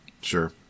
Sure